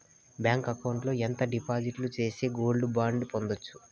Bank account లో ఎంత డిపాజిట్లు సేస్తే గోల్డ్ బాండు పొందొచ్చు?